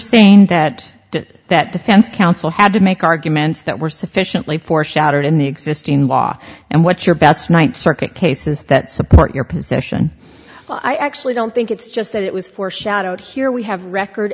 saying that that defense counsel had to make arguments that were sufficiently foreshadowed in the existing law and what's your best ninth circuit cases that support your position well i actually don't think it's just that it was foreshadowed here we have record